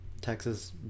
Texas